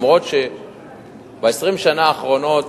אפילו שב-20 השנה האחרונות